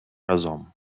разом